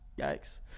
Yikes